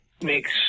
makes